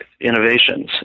innovations